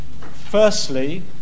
Firstly